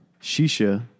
Shisha